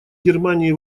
германии